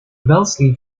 wellesley